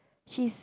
she's